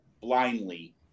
blindly